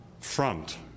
front